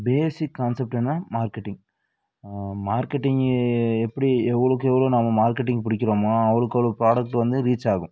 basic concept என்ன marketing marketing எப்படி எவ்வளோக்கு எவ்வளோ நாம மார்க்கெட்டிங் பிடிக்கிறோமோ அவ்வளோக்கு அவ்வளோ ப்ராடக்ட்டு வந்து ரீச் ஆகும்